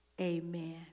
amen